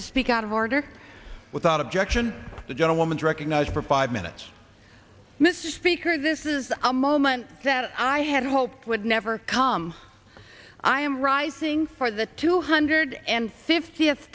to speak out of order without objection gentlewoman's recognized for five minutes mr speaker this is a moment that i had hoped would never come i am rising for the two hundred and fifty it's